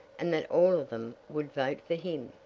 and that all of them would vote for him.